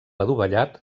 adovellat